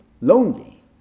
lonely